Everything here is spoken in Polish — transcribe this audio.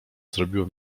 zrobiło